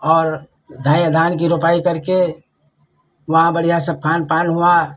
और नए धान की रोपाई करके वहाँ बढ़ियाँ सब खान पान हुआ